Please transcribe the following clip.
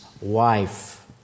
wife